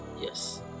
Yes